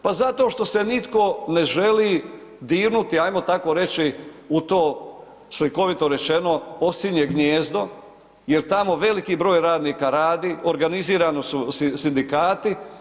Pa zato što se nitko ne želi dirnuti, hajmo tako reći u to, slikovito rečeno, osinje gnijezdo jer tamo veliki broj radnika radi, organizirano su sindikati.